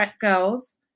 girls